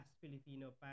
Filipino